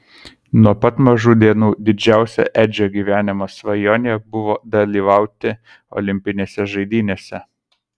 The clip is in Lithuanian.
nuo pat mažų dienų didžiausia edžio gyvenimo svajonė buvo dalyvauti olimpinėse žaidynėse